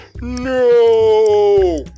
No